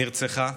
נרצחה,